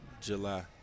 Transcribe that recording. July